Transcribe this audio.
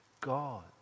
God